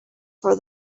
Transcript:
for